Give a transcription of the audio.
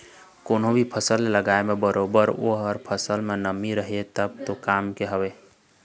कोनो भी फसल के लगाय म बरोबर ओ फसल म नमी रहय तब तो काम के हवय